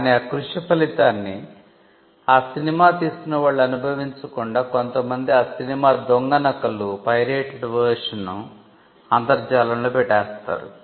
కాని ఆ కృషి ఫలితాన్ని ఆ సినిమా తీసిన వాళ్ళు అనుభవించకుండా కొంత మంది ఆ సినిమా దొంగ నకలు అంతర్జాలంలో పెట్టేస్తారు